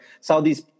Saudi's